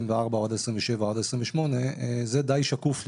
או עד 2027 או עד 2028 זה די שקוף לי,